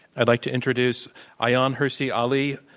i'd like to introduce ayaan hirsi ali,